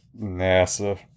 NASA